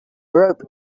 rope